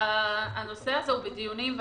הנושא נמצא בדיונים.